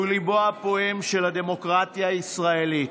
שהוא ליבה הפועם של הדמוקרטיה הישראלית.